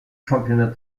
championnats